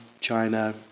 China